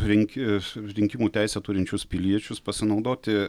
rinki rinkimų teisę turinčių piliečius pasinaudoti